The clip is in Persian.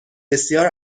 بسیار